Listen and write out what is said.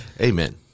Amen